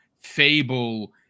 Fable